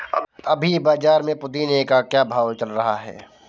अभी बाज़ार में पुदीने का क्या भाव चल रहा है